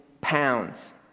pounds